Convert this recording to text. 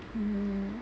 mm